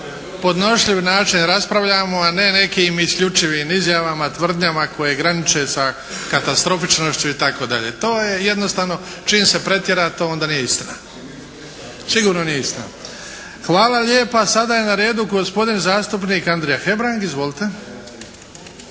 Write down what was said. podnošljiv način raspravljamo, a ne nekim isključivim izjavama, tvrdnjama koje graniče sa katastrofičnošću itd. To je jednostavno čim se pretjera to onda nije istina. Sigurno nije istina. Hvala lijepa. Sada je na redu gospodin zastupnik Andrija Hebrang. Izvolite.